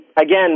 again